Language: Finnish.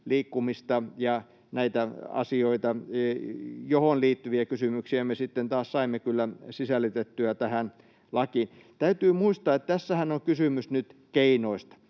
liikkumista ja näitä asioita, joihin liittyviä kysymyksiä me sitten taas saimme kyllä sisällytettyä tähän lakiin. Täytyy muistaa, että tässähän on kysymys nyt keinoista.